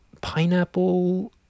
pineapple